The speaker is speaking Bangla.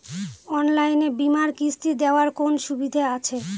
অনলাইনে বীমার কিস্তি দেওয়ার কোন সুবিধে আছে?